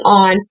on